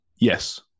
Yes